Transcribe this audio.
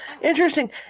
Interesting